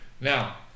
now